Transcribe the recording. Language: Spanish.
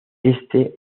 éste